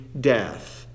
death